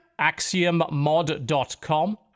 AxiomMod.com